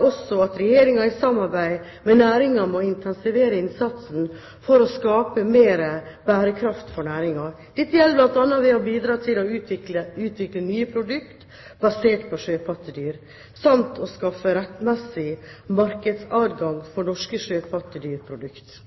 også at Regjeringen i samarbeid med næringen må intensivere innsatsen for å skape mer bærekraft for næringen. Dette gjelder bl.a. ved å bidra til å utvikle nye produkter basert på sjøpattedyr, samt å skaffe rettmessig markedsadgang for norske sjøpattedyrprodukter.